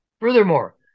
Furthermore